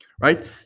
right